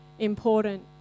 important